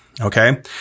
Okay